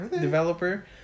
developer